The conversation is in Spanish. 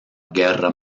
guerra